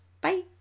Bye